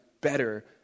better